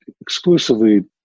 exclusively